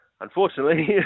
unfortunately